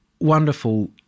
wonderful